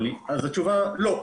התשובה היא לא.